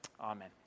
amen